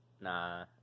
Nah